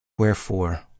Wherefore